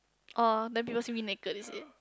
oh then people see me naked is it